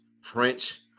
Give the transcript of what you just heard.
French